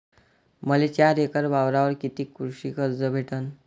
मले चार एकर वावरावर कितीक कृषी कर्ज भेटन?